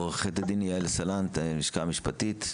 עורכת הדין יעל סלנט הלשכה המשפטית,